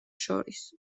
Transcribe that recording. შორის